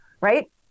right